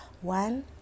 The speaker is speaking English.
one